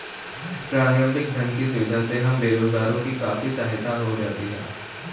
प्रारंभिक धन की सुविधा से हम बेरोजगारों की काफी सहायता हो जाती है